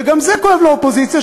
וגם זה כואב לאופוזיציה,